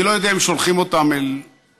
אני לא יודע אם שולחים אותם אל גורלם,